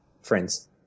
friends